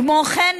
כמו כן,